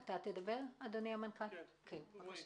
בבקשה.